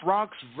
Rocks